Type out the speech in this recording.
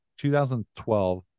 2012